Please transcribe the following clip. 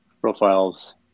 profiles